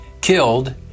killed